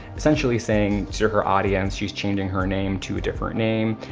essentially saying to her audience she's changing her name to a different name.